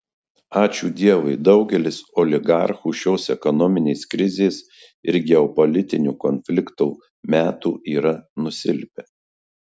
ačiū dievui daugelis oligarchų šios ekonominės krizės ir geopolitinio konflikto metų yra nusilpę